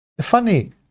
Funny